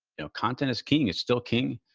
you know, content is king. it's still king,